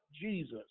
Jesus